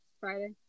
Friday